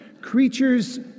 creatures